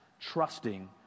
trusting